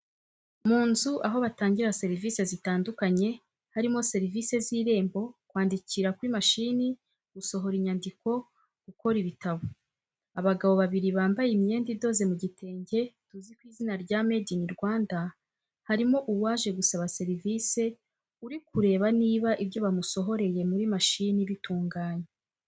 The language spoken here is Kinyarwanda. Mu nzu aho batangira serivise zitandukanye, harimo serivise z'irembo, kwandikira kuri mashini, gusohora inyandiko, gukora ibitabo. Abagabo babiri bambaye imyenda idoze mu gitenge tuzi ku izina rya made ini Rwanda harimo uwaje gusaba serivice uri kureba niba ibyo bamusohoreye muri mashini bitunganye.